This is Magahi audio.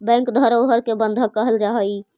बैंक धरोहर के बंधक कहल जा हइ